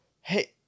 Hey